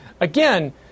again